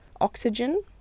oxygen